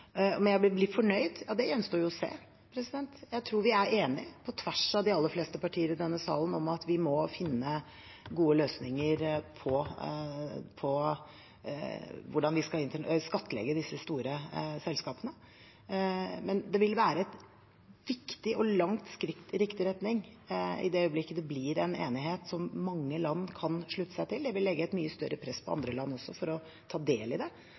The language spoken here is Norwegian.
jeg vil bli fornøyd? Ja, det gjenstår å se. Jeg tror vi er enige om, på tvers av de aller fleste partier i denne salen, at vi må finne gode løsninger på hvordan vi skal skattlegge disse store selskapene. Men det vil være et viktig og langt skritt i riktig retning i det øyeblikket det blir en enighet som mange land kan slutte seg til. Det vil også legge et mye større press på andre land for å ta del i det.